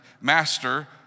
Master